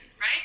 right